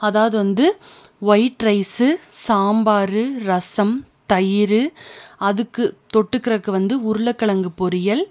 அதாவுது வந்து white rice sambar rasam தயிர் அதுக்கு தொட்டுக்கிறதுக்கு வந்து உருளைக்கெழங்கு பொரியல்